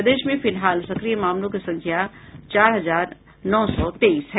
प्रदेश में फिलहाल सक्रिय मामलों की संख्या चार हजार नौ सौ तेईस है